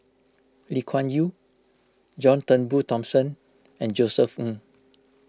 Lee Kuan Yew John Turnbull Thomson and Josef Ng